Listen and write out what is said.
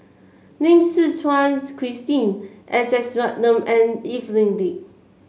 Lim Suchen Christine S S Ratnam and Evelyn Lip